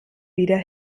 wieder